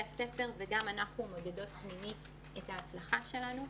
הספר וגם אנחנו מודדות פנימית את ההצלחה שלנו.